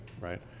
right